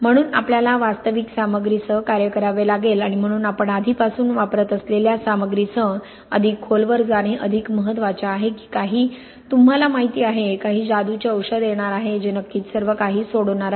म्हणून आपल्याला वास्तविक सामग्रीसह कार्य करावे लागेल आणि म्हणून आपण आधीपासून वापरत असलेल्या सामग्रीसह अधिक खोलवर जाणे अधिक महत्त्वाचे आहे की काही तुम्हाला माहिती आहे काही जादूचे औषध येणार आहे जे नक्कीच सर्वकाही सोडवणार आहे